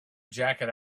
jacket